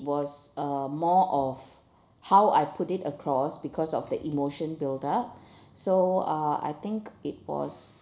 was uh more of how I put it across because of the emotion build up so uh I think it was